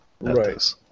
Right